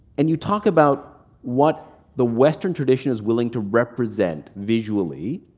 and you talk about what the western tradition is willing to represent, visually,